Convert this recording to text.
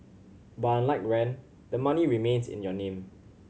but unlike rent the money remains in your name